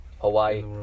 Hawaii